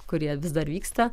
kurie vis dar vyksta